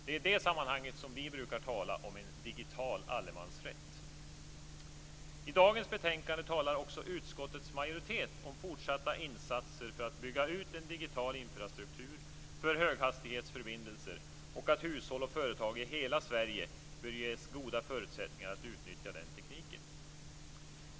Det är i detta sammanhang som vi brukar tala om en digital allemansrätt. I dagens betänkande talar också utskottets majoritet om fortsatta insatser för att bygga ut en digital infrastruktur för höghastighetsförbindelser och att hushåll och företag i hela Sverige bör ges goda förutsättningar att utnyttja den tekniken.